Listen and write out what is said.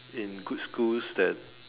in good schools that